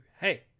hey